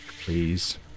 please